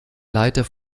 leiter